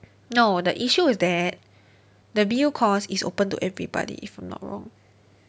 no the issue is that the B_U course is open to everybody if I'm not wrong